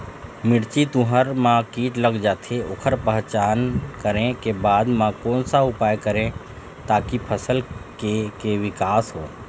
मिर्ची, तुंहर मा कीट लग जाथे ओकर पहचान करें के बाद मा कोन सा उपाय करें ताकि फसल के के विकास हो?